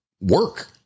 work